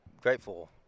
grateful